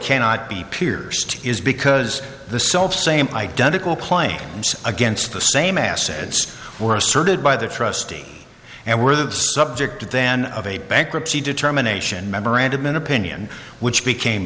cannot be pierced is because the self same identical play games against the same assets were asserted by the trustee and were the subject then of a bankruptcy determination memorandum an opinion which became